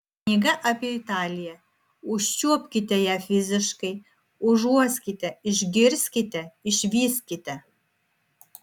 knyga apie italiją užčiuopkite ją fiziškai užuoskite išgirskite išvyskite